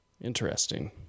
Interesting